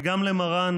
וגם למרן,